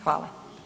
Hvala.